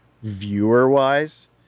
viewer-wise